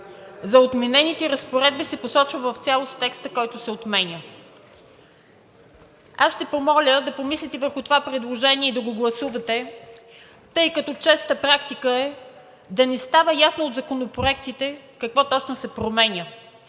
За отменените разпоредби се посочва в цялост текстът, който се отменя.“ Аз ще помоля да помислите върху това предложение и да го гласувате, тъй като честа практика е да не става ясно от законопроектите какво точно се променя.